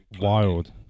wild